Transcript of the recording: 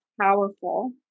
powerful